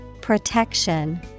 Protection